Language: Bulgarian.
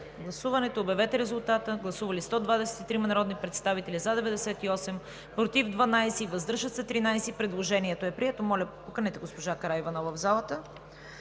гласуване за допуск. Гласували 123 народни представители: за 98, против 12, въздържали се 13. Предложението е прието. Моля, поканете госпожа Караиванова в залата.